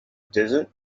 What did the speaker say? desert